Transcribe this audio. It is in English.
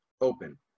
open